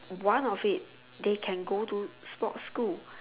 one of it they can go do sports school